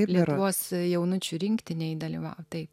lietuvos jaunučių rinktinėj dalyvavo taip